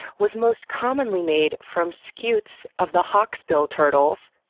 was most commonly made from scutes of the hawksbill turtles,